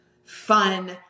fun